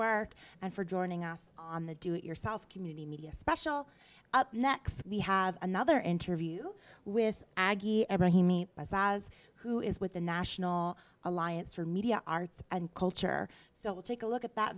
work and for joining us on the do it yourself community media special up next we have another interview with aggie ebrahimi as who is with the national alliance for media arts and culture so we'll take a look at that